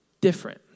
different